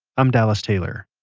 i'm dallas taylor.